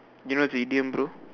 you know what's a idiom bro